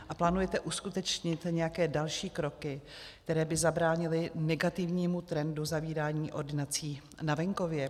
A plánujete uskutečnit nějaké další kroky, které by zabránily negativnímu trendu zavírání ordinací na venkově?